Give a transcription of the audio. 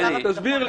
רוברט, תסביר עכשיו.